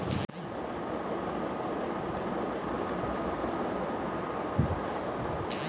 খরা হলে দেশে খাদ্য সংকট দেখা যায় এবং খাদ্য উৎপাদন কমে যায়